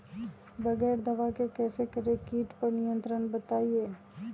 बगैर दवा के कैसे करें कीट पर नियंत्रण बताइए?